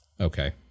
Okay